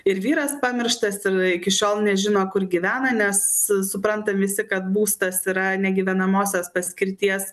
ir vyras pamirštas ir iki šiol nežino kur gyvena nes suprantam visi kad būstas yra negyvenamosios paskirties